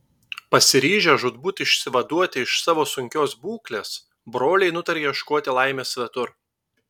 pasiryžę žūtbūt išsivaduoti iš savo sunkios būklės broliai nutarė ieškoti laimės svetur